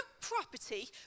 property